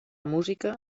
música